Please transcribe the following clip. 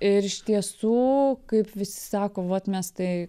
ir iš tiesų kaip visi sako vat mes tai